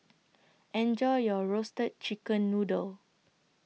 Enjoy your Roasted Chicken Noodle